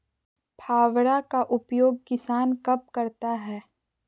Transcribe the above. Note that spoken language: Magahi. फावड़ा का उपयोग किसान कब करता है?